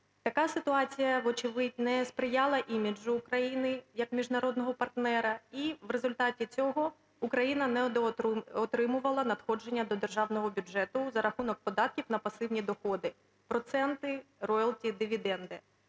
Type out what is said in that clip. Така ситуація вочевидь не сприяла іміджу України як міжнародного партнера і в результаті цього Україна недоотримувала надходження до державного бюджету за рахунок податків на пасивні доходи, проценти, роялті, дивіденди.